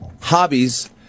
Hobbies